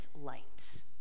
light